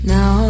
Now